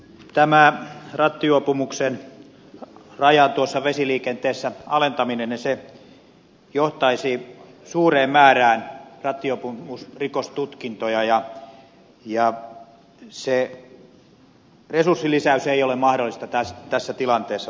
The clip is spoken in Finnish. tämä rattijuopumuksen rajan alentaminen vesiliikenteessä johtaisi suureen määrään rattijuopumusrikostutkintoja ja se resurssien lisäys tuonne poliisihallintoon ei ole mahdollista tässä tilanteessa